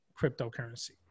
cryptocurrency